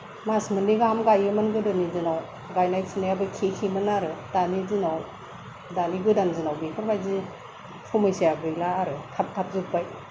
मास मोननै गाहाम गायोमोन गोदोनि दिनाव गायनाय फुनायाबो खे खेमोन आरो दानि दिनाव दानि गोदान दिनाव बेफोरबायदि समस्याआ गैला आरो थाब थाब जोब्बाय